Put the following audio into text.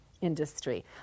industry